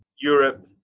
Europe